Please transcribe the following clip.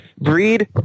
Breed